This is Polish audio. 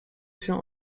się